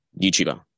YouTuber